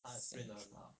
scroll through